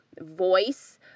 voice